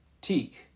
Teak